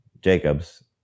Jacobs